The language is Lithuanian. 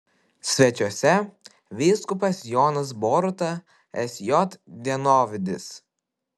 svečiuose vyskupas jonas boruta sj dienovidis